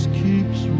keeps